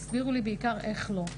הסבירו לי בעיקר איך לא.